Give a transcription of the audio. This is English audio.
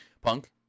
Punk